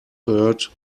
third